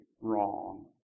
wrong